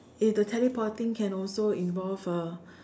if the teleporting can also involve uh